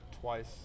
twice